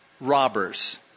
robbers